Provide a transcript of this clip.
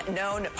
known